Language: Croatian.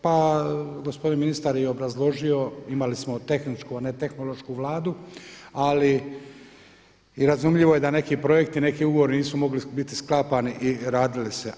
Pa gospodin ministar je i obrazložio, imali smo tehničku a ne tehnološku Vladu i razumljivo je da neki projekti, neki ugovori nisu mogli biti sklapani i radili se.